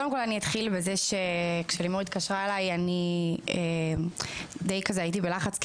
קודם כל אתחיל בזה שכאשר לימור התקשרה אלי די הייתי בלחץ,